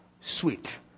sweet